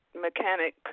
mechanic